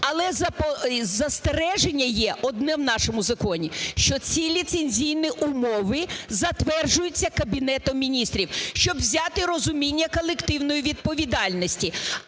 Але застереження є одне в нашому законі, що ці ліцензійні умови затверджуються Кабінетом Міністрів, щоб взяти розуміння колективної відповідальності.